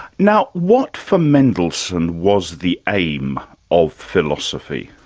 now, what for mendelssohn was the aim of philosophy?